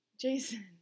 Jason